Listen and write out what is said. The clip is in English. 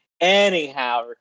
Anyhow